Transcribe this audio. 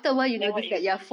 the what you do